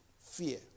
fear